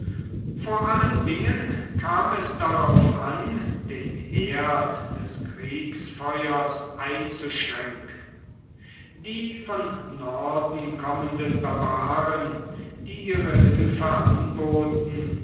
vor allen dingen kam es darauf an den herd des kriegsfeuers einzuschränken die von norden kommenden barbaren die ihre hilfe anboten